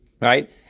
Right